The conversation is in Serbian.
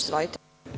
Izvolite.